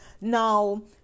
Now